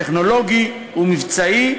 טכנולוגי ומבצעי,